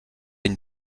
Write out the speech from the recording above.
une